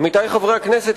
עמיתי חברי הכנסת,